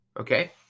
Okay